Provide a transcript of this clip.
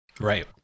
Right